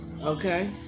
okay